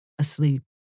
asleep